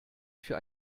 für